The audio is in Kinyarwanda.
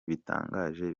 bitangaje